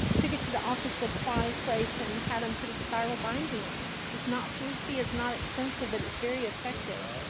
took it to the office supply place and had them put a spiral binding on it. it's not fancy, it's not expensive, but it's very effective.